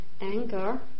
anger